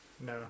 No